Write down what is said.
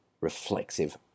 reflexive